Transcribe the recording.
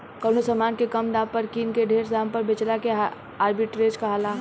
कवनो समान के कम दाम पर किन के ढेर दाम पर बेचला के आर्ब्रिट्रेज कहाला